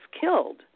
killed